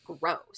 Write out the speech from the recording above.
gross